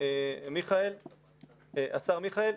השר מיכאל,